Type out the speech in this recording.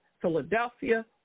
Philadelphia